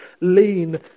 lean